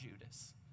Judas